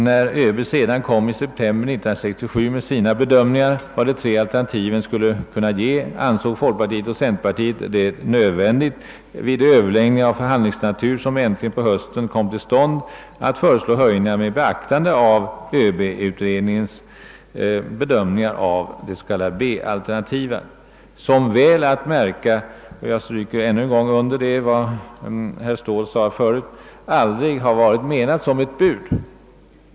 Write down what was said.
När ÖB sedan i september 1967 kom med sina bedömningar av vad de tre alternativen skulle kunna ge, ansåg folkpartiet och centerpartiet det nödvändigt att vid de överläggningar av förhandlingsnatur, som på hösten äntligen kom till stånd, föreslå höjningar med beaktande av ÖB utredningens bedömningar av det s.k. B-alternativet som, väl att märka — jag understryker ännu en gång vad herr Ståhl sade här tidigare — aldrig har varit menat som ett bud.